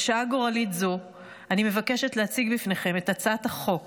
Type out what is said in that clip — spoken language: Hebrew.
בשעה גורלית זו אני מבקשת להציג בפניכם את הצעת החוק